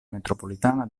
metropolitana